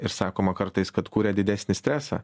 ir sakoma kartais kad kuria didesnį stresą